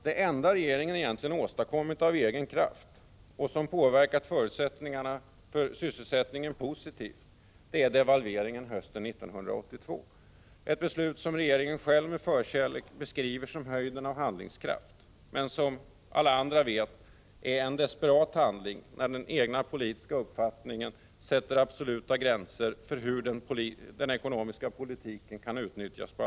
Det enda regeringen har åstadkommit av egen kraft och som påverkat förutsättningarna för sysselsättningen positivt är devalveringen hösten 1982 — ett beslut som regeringen själv med förkärlek beskriver som höjden av handlingskraft men som alla vet är en sista desperat handling när den egna politiska uppfattningen sätter absoluta gränser för hur den ekonomiska politiken kan utnyttjas.